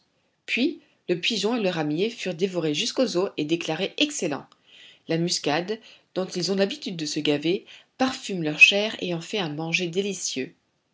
puis le pigeon et le ramier furent dévorés jusqu'aux os et déclarés excellents la muscade dont ils ont l'habitude de se gaver parfume leur chair et en fait un manger délicieux